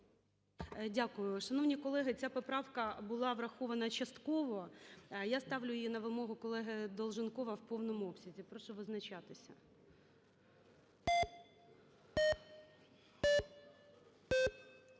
Дякую. Шановні колеги, ця поправка була врахована частково. Я ставлю її, на вимогу колегиДолженкова, в повному обсязі. Прошу визначатися.